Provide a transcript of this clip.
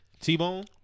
T-Bone